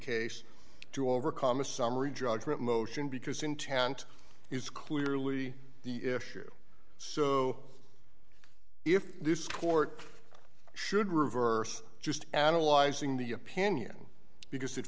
case to overcome a summary judgment motion because intent is clearly the issue so if this court should reverse just analyzing the opinion because it